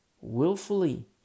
willfully